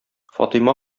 фатыйма